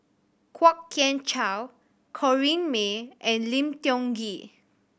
Kwok Kian Chow Corrinne May and Lim Tiong Ghee